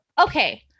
okay